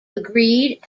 agreed